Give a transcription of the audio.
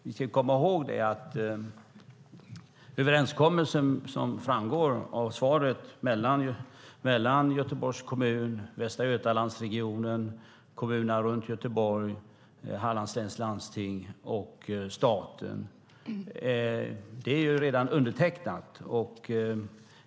Vi ska komma ihåg att överenskommelsen, som framgår av svaret, mellan Göteborgs kommun, Västra Götalandsregionen, kommunerna runt Göteborg, Hallands läns landsting och staten redan är undertecknad.